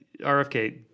RFK